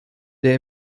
der